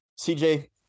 CJ